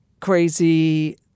crazy